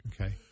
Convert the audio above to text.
Okay